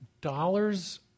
dollars